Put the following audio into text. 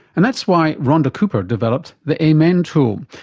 and that's why rhonda cooper developed the amen tool.